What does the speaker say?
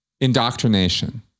indoctrination